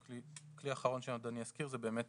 כלי אחרון שאני עוד אזכיר זה באמת